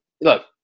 look